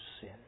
sin